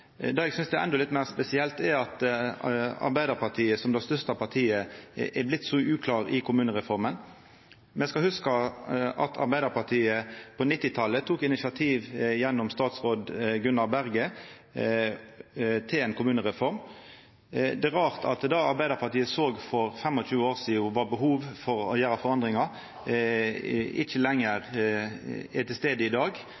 Det eg synest er endå litt meir spesielt, er at Arbeidarpartiet, som det største partiet, har vorte så uklare når det gjeld kommunereforma. Me skal hugsa at Arbeidarpartiet på 1990-talet tok initiativ, gjennom dåverande statsråd Gunnar Berge, til ei kommunereform. Det er rart at det Arbeidarpartiet såg for 25 år sidan, behovet for å gjera forandringar, ikkje lenger er til stades i dag,